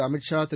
Amit Shah Thiru